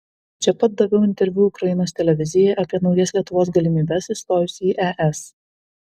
čia pat daviau interviu ukrainos televizijai apie naujas lietuvos galimybes įstojus į es